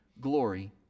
glory